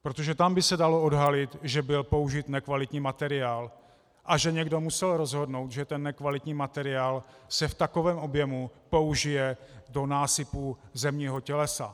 Protože tam by se dalo odhalit, že byl použit nekvalitní materiál a že někdo musel rozhodnout, že ten nekvalitní materiál se v takovém objemu použije do násypu zemního tělesa.